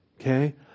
Okay